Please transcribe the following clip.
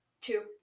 Two